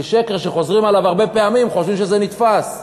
כי שקר שחוזרים עליו הרבה פעמים חושבים שזה נתפס.